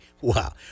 Wow